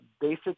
basic